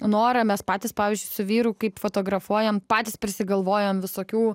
norą mes patys pavyzdžiui su vyru kaip fotografuojam patys prisigalvojame visokių